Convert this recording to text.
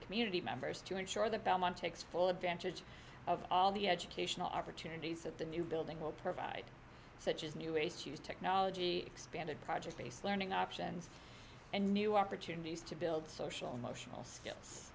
community members to ensure the belmont takes full advantage of all the educational opportunities that the new building will provide such as new ways to use technology expanded project based learning options and new opportunities to build social emotional skills